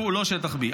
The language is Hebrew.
הוא לא שטח B,